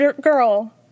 Girl